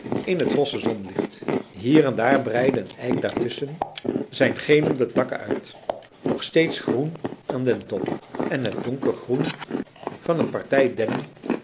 in het rosse zonlicht hier en daar breidde een eik daartusschen zijn gelende takken uit nog steeds groen aan den top en het donkergroen van een partij dennen